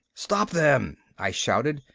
stop them! i shouted,